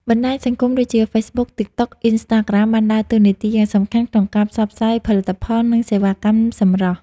បណ្ដាញសង្គមដូចជា ហ្វេសបុក តីកតុក អុីនស្តាក្រាម បានដើរតួនាទីយ៉ាងសំខាន់ក្នុងការផ្សព្វផ្សាយផលិតផល និងសេវាកម្មសម្រស់។